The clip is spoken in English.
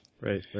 Right